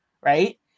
right